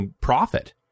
profit